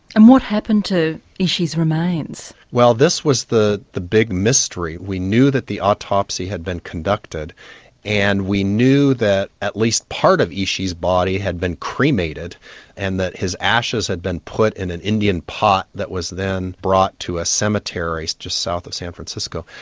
and what happened to ishi's remains? well this was the the big mystery. we knew that the autopsy had been conducted and we knew that at least part of ishi's body had been cremated and that his ashes had been put in an indian pot that was then brought to a cemetery just south of san francisco.